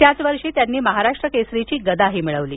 त्याच वर्षी त्यांनी महाराष्ट्र केसरीची गदाही मिळवली